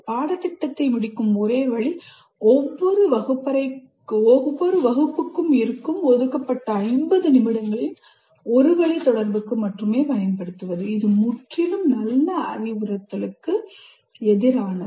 பாடத்திட்டத்தை முடிக்கும் ஒரே வழி ஒவ்வொரு வகுப்பறைக்கும் இருக்கும் ஒதுக்கப்பட்ட 50 நிமிடங்களையும் ஒரு வழி தொடர்புக்கு பயன்படுத்துவதுதான் இது முற்றிலும் நல்ல அறிவுறுத்தலுக்கு எதிரானது